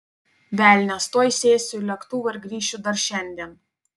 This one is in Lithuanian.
velnias tuoj sėsiu į lėktuvą ir grįšiu dar šiandien